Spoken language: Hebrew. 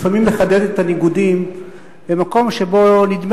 לפעמים לחדד את הניגודים במקום שבו נדמה